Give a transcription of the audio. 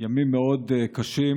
ימים מאוד קשים.